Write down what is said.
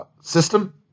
system